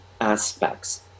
aspects